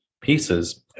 pieces